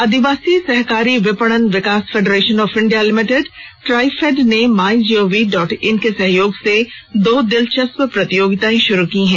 आदिवासी सहकारी विपणन विकास federation of India limited TRIFED ने माई जीओवी डॉट इन के सहयोग से दो दिलचस्प प्रतियोगिताएं शुरू की हैं